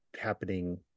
happening